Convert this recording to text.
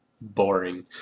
boring